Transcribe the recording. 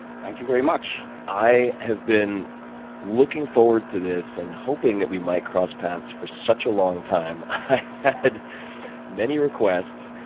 thank you very much. i have been looking forward to this, and hoping that we might cross paths for such a long time. i've had many requests,